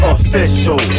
Official